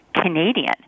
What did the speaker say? Canadian